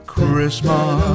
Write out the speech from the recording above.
Christmas